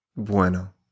bueno